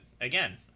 Again